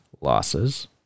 losses